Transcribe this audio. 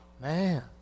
man